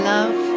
Love